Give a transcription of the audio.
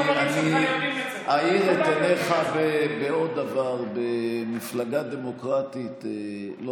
אני אעיר את עיניך בעוד דבר: במפלגה דמוקרטית לא